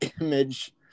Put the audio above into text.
image